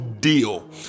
deal